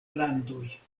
landoj